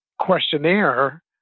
questionnaire